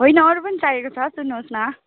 होइन अरू पनि चाहिएको छ सुन्नुहोस् न